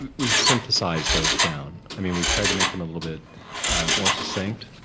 we've synthesized those down. i mean we've tried to make them a little bit more succinct.